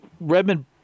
Redmond